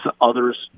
others